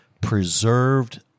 preserved